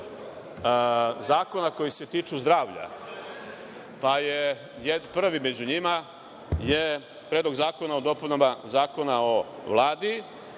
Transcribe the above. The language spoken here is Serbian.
zakona koji se tiču zdravlja, pa je prvi među njima Predlog zakona o dopunama Zakona o Vladi